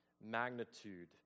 magnitude